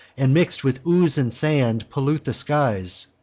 and, mix'd with ooze and sand, pollute the skies.